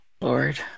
Lord